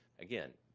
again,